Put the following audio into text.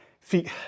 Feet